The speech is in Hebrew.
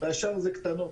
והשאר זה קטנות.